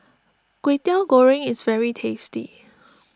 Kwetiau Goreng is very tasty